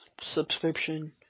subscription